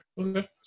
Okay